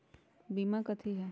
बीमा कथी है?